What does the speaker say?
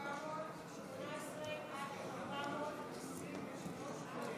הסתייגויות 418 עד 423,